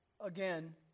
again